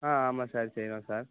ஆ ஆமாம் சார் செய்வோம் சார்